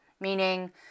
meaning